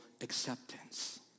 acceptance